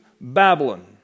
Babylon